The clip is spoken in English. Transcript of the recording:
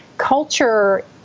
Culture